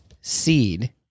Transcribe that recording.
seed